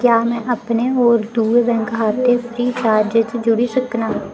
क्या में अपने होर दूए बैंक खाते फ्री चार्ज च जोड़ी सकनां